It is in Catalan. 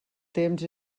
temps